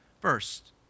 First